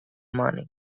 money